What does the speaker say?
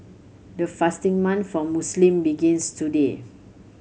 the fasting month for Muslim begins today